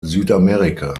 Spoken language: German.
südamerika